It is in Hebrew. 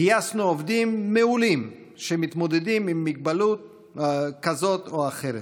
גייסנו עובדים מעולים שמתמודדים עם מוגבלות כזאת או אחרת.